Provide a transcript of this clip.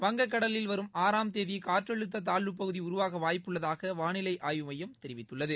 வங்கக்கடலில் வரும் ஆறாம் தேதி காற்றழுத்த தாழ்வுப்பகுதி உருவாக வாய்ப்புள்ளதாக வானிலை ஆய்வு மையம் தெரிவித்துள்ளது